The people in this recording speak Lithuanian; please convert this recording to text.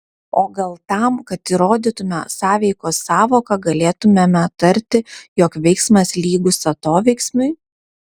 o gal tam kad įrodytume sąveikos sąvoką galėtumėme tarti jog veiksmas lygus atoveiksmiui